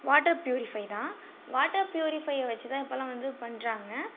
water purify தான் water பியூரிஃபையை வெச்சு தான் இப்பெல்லாம் வந்து பண்ணுறாங்க